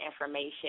information